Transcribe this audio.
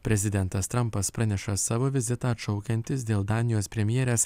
prezidentas trampas praneša savo vizitą atšaukiantis dėl danijos premjerės